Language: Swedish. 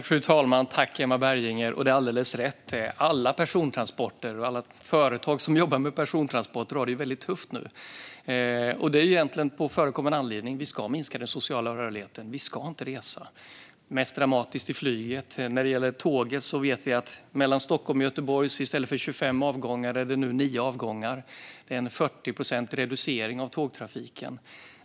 Fru talman! Det är alldeles rätt: Alla företag som jobbar med persontransporter har det väldigt tufft nu. Det är egentligen på förekommen anledning - vi ska minska den sociala rörligheten, och vi ska inte resa. Mest dramatiskt är det när det gäller flyget. När det gäller tåget vet vi att det mellan Stockholm och Göteborg nu är 9 avgångar per dag i stället för 25. Det är en 40-procentig reducering av tågtrafiken.